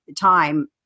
time